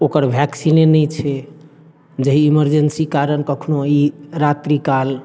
ओकर भैक्सीने नहि छै जाहि इमरजेन्सी कारण कखनो ई रात्रिकाल